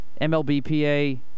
MLBPA